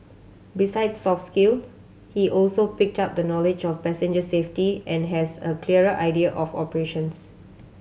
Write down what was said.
besides soft skills he also picked up the knowledge of passenger safety and has a clearer idea of operations